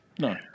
No